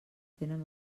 tenen